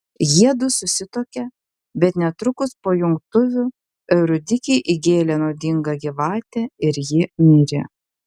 jiedu susituokė bet netrukus po jungtuvių euridikei įgėlė nuodinga gyvatė ir ji mirė